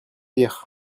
lire